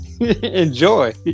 Enjoy